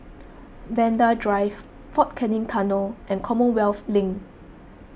Vanda Drive fort Canning Tunnel and Commonwealth Link